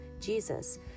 Jesus